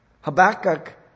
Habakkuk